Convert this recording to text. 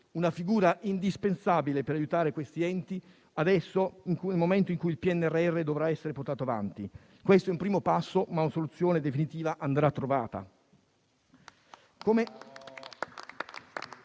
una figura indispensabile per aiutare questi enti in un momento in cui il PNRR dovrà essere portato avanti. Questo è un primo passo, ma una soluzione definitiva andrà trovata.